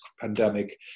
pandemic